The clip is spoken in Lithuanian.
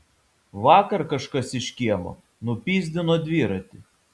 vakar kažkas iš kiemo nupyzdino dviratį